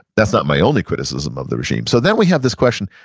that's not my only criticism of the regime. so then we have this question,